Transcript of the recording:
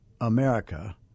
America